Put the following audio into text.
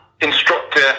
instructor